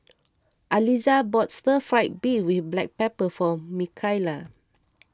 Aliza bought Stir Fried Beef with Black Pepper for Mikaila